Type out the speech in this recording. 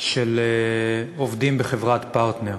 של עובדים בחברת "פרטנר".